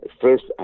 first